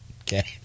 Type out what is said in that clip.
Okay